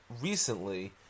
recently